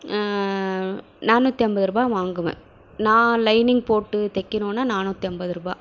நாணுற்றி ஐம்பது ரூபா வாங்குவேன் நான் லைனிங் போட்டு தைக்கணுன்னா நாணுற்றி ஐம்பது ரூபா